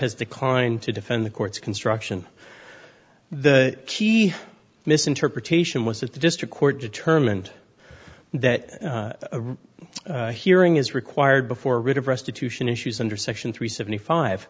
has declined to defend the court's construction the key misinterpretation was that the district court determined that hearing is required before rid of restitution issues under section three seventy five